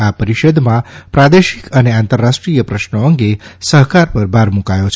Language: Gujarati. આ પરિષદમાં પ્રાદેશિક અને આંતરરાષ્ટ્રીય પ્રશ્નો અંગે સહકાર પર ભાર મૂકાયો છે